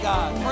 God